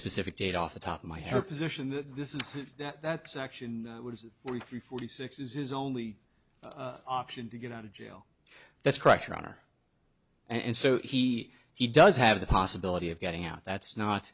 specific data off the top of my hair position that this is that section would were three forty six is is only option to get out of jail that's pressure on her and so he he does have the possibility of getting out that's not